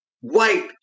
white